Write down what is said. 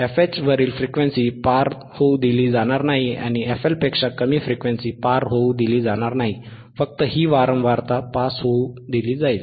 fH वरील frequency पार होऊ दिली जाणार नाही आणि fL पेक्षा कमी फ्रिक्वेन्सी पार होऊ दिली जाणार नाही फक्त ही वारंवारताफ्रिक्वेन्सी पास होऊ दिली जाईल